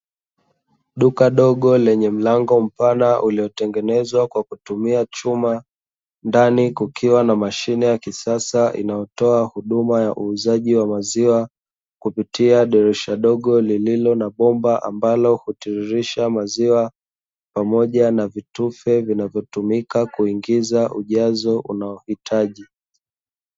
Duka dogo lenye mlango mpana uliotengenezwa kwa kutumia chuma ndani kukiwa na mashine ya kisasa inayotoa huduma ya uuzaji wa maziwa kupitia dirisha dogo lililona bomba linalotoririsha maziwa pamoja na vitufe vinavyotumiwa kuingiza ujazo unaohitaji.